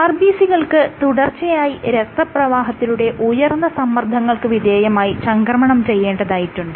RBC കൾക്ക് തുടർച്ചയായി രക്തപ്രവാഹത്തിലൂടെ ഉയർന്ന സമ്മർദ്ദങ്ങൾക്ക് വിധേയമായി ചംക്രമണം ചെയ്യേണ്ടതായിട്ടുണ്ട്